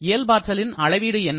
இயல்பாற்றலின் அளவீடு என்ன